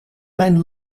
mijn